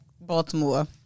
Baltimore